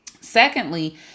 Secondly